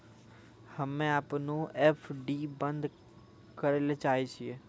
हम्मे अपनो एफ.डी बन्द करै ले चाहै छियै